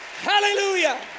Hallelujah